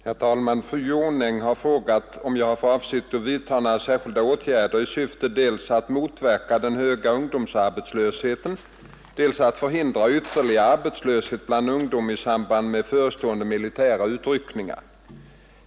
Herr talman! Fru Jonäng har frågat om jag har för avsikt att vidta några särskilda åtgärder i syfte dels att motverka den höga ungdomsarbetslösheten, dels att förhindra ytterligare arbetslöshet bland ungdom i samband med förestående militära utryckningar.